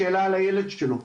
שאלה על הילד שלו.